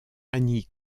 annie